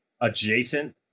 adjacent